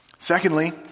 Secondly